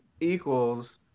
equals